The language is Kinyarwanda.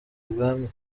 ibwami